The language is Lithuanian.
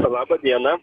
laba diena